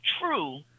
true